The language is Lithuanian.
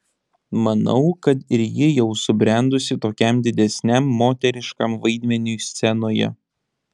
manau kad ir ji jau subrendusi tokiam didesniam moteriškam vaidmeniui scenoje